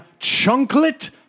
Chunklet